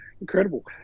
incredible